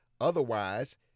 otherwise